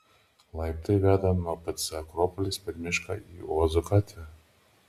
laiptai veda nuo pc akropolis per mišką į ozo gatvę